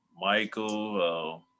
Michael